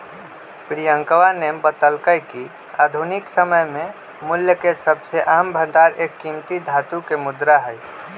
प्रियंकवा ने बतल्ल कय कि आधुनिक समय में मूल्य के सबसे आम भंडार एक कीमती धातु के मुद्रा हई